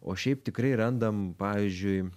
o šiaip tikrai randam pavyzdžiui